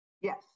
Yes